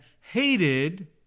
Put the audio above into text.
hated